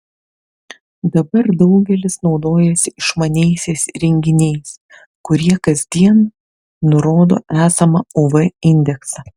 dabar daugelis naudojasi išmaniaisiais įrenginiais kurie kasdien nurodo esamą uv indeksą